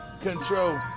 Control